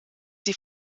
sie